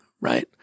right